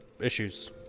issues